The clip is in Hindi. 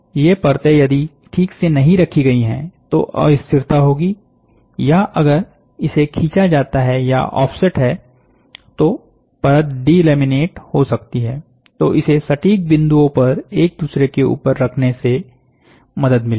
ये परतें यदि ठीक से नहीं रखी गई है तो अस्थिरता होगी या अगर इसे खींचा जाता है या ऑफसेट है तो परत डिलेमिनेट हो सकती है तो इसे सटीक बिंदुओं पर एक दूसरे के ऊपर रखने से मदद मिलेगी